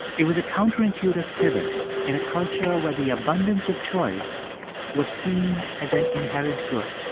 it was a counterintuitive pivot in a culture where the abundance of choice was seen as an inherent good.